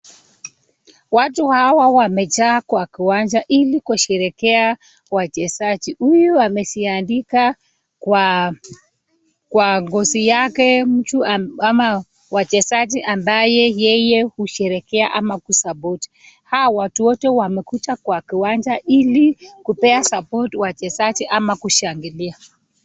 Watu hawa wamejaa kwa kiwanja ili kusherehekea wachezaji. Huyu ameziandika kwa ngozi yake mtu ama wachezaji ambaye yeye husherehekea ama kusupport . Hawa watu wote wamekuja kwa kiwanja ili kupea support wachezaji ama kushangilia.